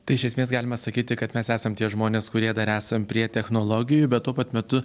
tai iš esmės galima sakyti kad mes esam tie žmonės kurie dar esam prie technologijų bet tuo pat metu